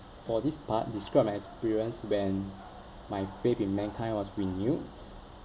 for this part describe my experience when my faith in mankind was renewed